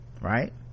right